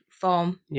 form